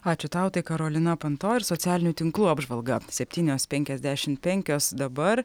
ačiū tau tai karolina panto ir socialinių tinklų apžvalga septynios penkiasdešimt penkios dabar